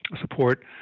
support